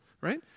right